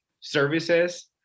services